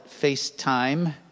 FaceTime